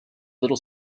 little